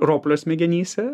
roplio smegenyse